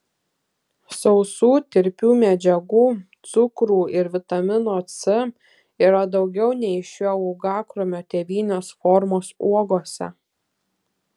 sausų tirpių medžiagų cukrų ir vitamino c yra daugiau nei šio uogakrūmio tėvinės formos uogose